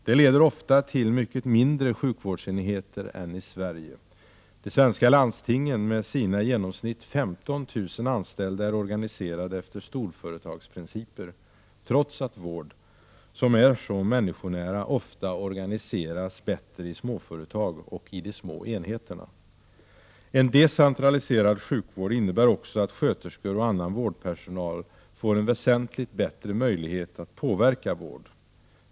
Det leder ofta till mycket mindre sjukvårdsenheter än i Sverige. De svenska landstingen med sina i genomsnitt 15 000 anställda är organiserade efter storföretagsprinciper, trots att vård, som är så människonära, ofta organiseras bättre i småföretag och i de små enheterna. En decentraliserad sjukvård innebär också att sköterskor och annan vårdpersonal får en väsentligt bättre möjlighet att påverka vården.